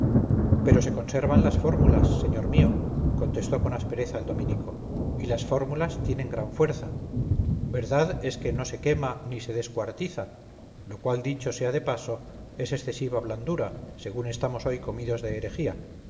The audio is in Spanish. pero se conservan las fórmulas señor mío contestó con aspereza el dominico y las fórmulas tienen gran fuerza verdad es que no se quema ni se descuartiza lo cual dicho sea de paso es excesiva blandura según estamos hoy comidos de